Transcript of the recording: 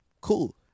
Cool